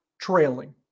trailing